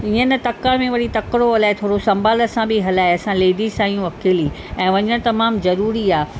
हीअ न तकिण में वरी तकिणो हलाए थोरो संभाल सां बि हलाए असां लेडीस आहियूं अकेली ऐं वञणु तमामु ज़रूरी आहे